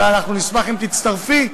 ונשמח אם תצטרפי,